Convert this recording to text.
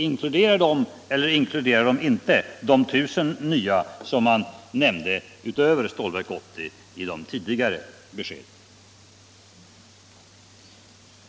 Inkluderar de eller inkluderar de inte de 1000 nya jobb som man nämnde utöver Stålverk 80 i de tidigare beskeden?